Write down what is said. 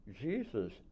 Jesus